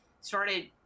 started